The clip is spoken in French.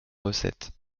recettes